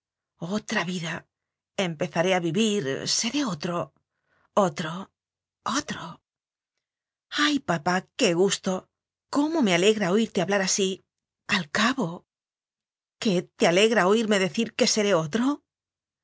otra vida empezaré a vivir seré otro otro otro ay papá qué gusto cómo me alegra oirte hablar así al cabo qué te alegra oirme decir que seré otro